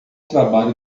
trabalho